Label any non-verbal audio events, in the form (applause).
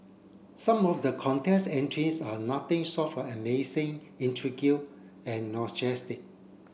some of the contest entries are nothing short of amazing (unintelligible) and (unintelligible)